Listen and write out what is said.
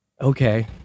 okay